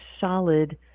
solid